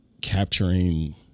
capturing